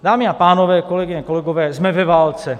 Dámy a pánové, kolegyně, kolegové, jsme ve válce.